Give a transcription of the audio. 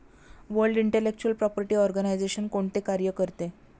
World intellectual property organisation कोणते कार्य करते?